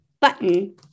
button